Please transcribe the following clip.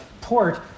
port